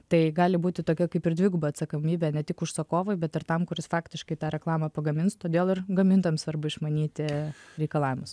tai gali būti tokia kaip ir dviguba atsakomybė ne tik užsakovui bet ir tam kuris faktiškai tą reklamą pagamins todėl ir gamintojams svarbu išmanyti reikalavimus